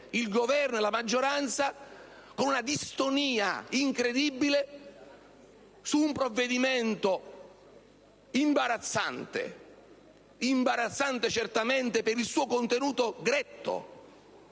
il Governo e la maggioranza, con una distonia incredibile, cerchino di varare un provvedimento imbarazzante. È imbarazzante certamente per il suo contenuto gretto